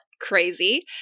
crazy